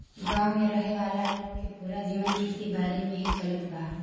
गांव में रहे वाला लोग के पूरा जीवन खेती बारी से ही चलत बा